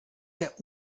der